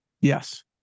Yes